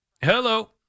Hello